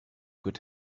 good